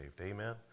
Amen